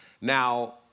Now